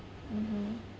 mmhmm